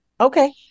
Okay